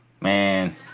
man